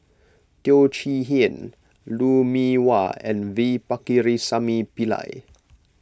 Teo Chee Hean Lou Mee Wah and V Pakirisamy Pillai